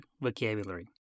vocabulary